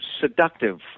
seductive